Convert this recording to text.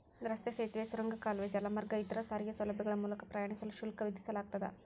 ರಸ್ತೆ ಸೇತುವೆ ಸುರಂಗ ಕಾಲುವೆ ಜಲಮಾರ್ಗ ಇತರ ಸಾರಿಗೆ ಸೌಲಭ್ಯಗಳ ಮೂಲಕ ಪ್ರಯಾಣಿಸಲು ಶುಲ್ಕ ವಿಧಿಸಲಾಗ್ತದ